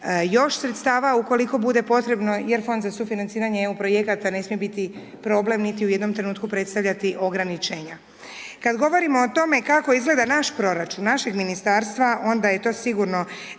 još sredstava ukoliko bude potrebno jer Fond za sufinanciranje EU projekata ne smije biti problem niti u jednom trenutku predstavljati ograničenja. Kada govorimo o tome kako izgleda naš proračun, našeg Ministarstva, onda je to sigurno